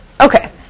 Okay